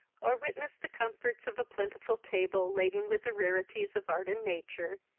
or witnessed the comforts of a plentiful table, laden with the rarities of art and nature,